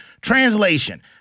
Translation